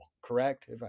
Correct